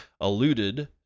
alluded